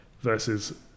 versus